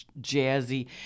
jazzy